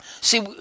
See